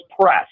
press